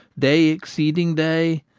day exceeding day.